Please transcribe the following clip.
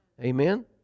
Amen